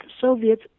Soviets